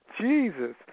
Jesus